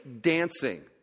dancing